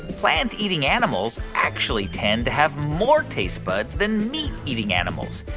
plant-eating animals actually tend to have more taste buds than meat-eating animals.